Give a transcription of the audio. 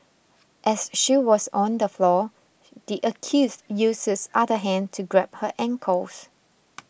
as she was on the floor the accused used his other hand to grab her ankles